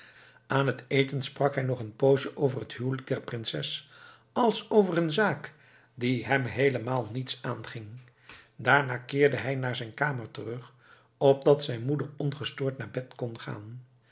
aan het eten sprak bij nog een poosje over het huwelijk der prinses als over een zaak die hem heelemaal niets aanging daarna keerde hij naar zijn kamer terug opdat zijn moeder ongestoord naar bed kon gaan